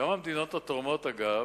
גם המדינות התורמות, אגב,